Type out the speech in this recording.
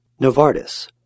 Novartis